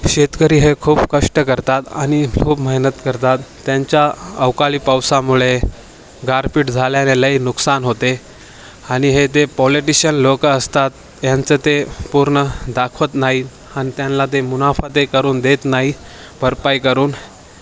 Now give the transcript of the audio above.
शेतकरी हे खूप कष्ट करतात आणि खूप मेहनत करतात त्यांच्या अवकाळी पावसामुळे गारपीट झाल्याने लई नुकसान होते आणि हे ते पॉलिटिशन लोकं असतात ह्यांचं ते पूर्ण दाखवत नाही आणि त्यांना ते मुनाफा ते करून देत नाही भरपाई करून